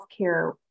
healthcare